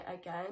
again